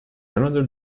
another